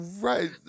Right